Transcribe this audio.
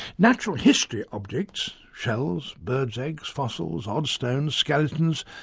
natural history objects shells, birds' eggs, fossils, odd stones, skeletons,